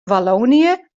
wallonië